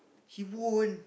he won't